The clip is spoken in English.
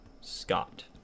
Scott